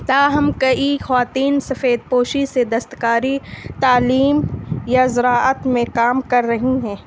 تاہم کئی خواتین سفید پوشی سے دستکاری تعلیم یا زراعت میں کام کر رہی ہیں